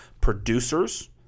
producer's